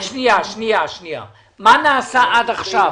עד עכשיו?